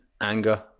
anger